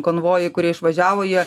konvojai kurie išvažiavo jie